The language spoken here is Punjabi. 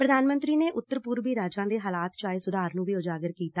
ਪ੍ਰਧਾਨ ਮੰਤਰੀ ਨੇ ਉੱਤਰ ਪੁਰਬੀ ਰਾਜਾਂ ਦੇ ਹਾਲਾਤ ਚ ਆਏ ਸੁਧਾਰ ਨੂੰ ਵੀ ਉਜਾਗਰ ਕੀਤਾ